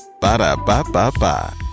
Ba-da-ba-ba-ba